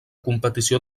competició